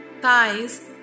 thighs